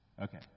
Okay